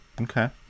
Okay